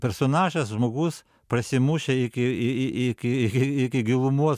personažas žmogus prasimušę iki iki iki gilumos